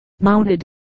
mounted